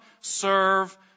serve